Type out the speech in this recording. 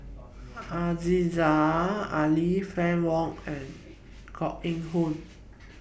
Aziza Ali Fann Wong and Koh Eng Hoon